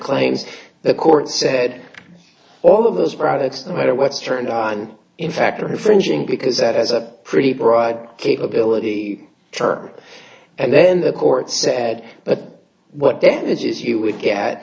claims the court said all of those products no matter what is turned on in fact are infringing because that has a pretty broad capability terms and then the court said but what damages you would get